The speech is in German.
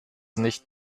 nicht